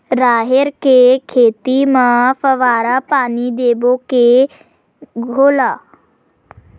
राहेर के खेती म फवारा पानी देबो के घोला?